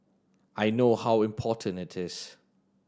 I know how important it is